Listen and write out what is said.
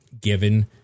given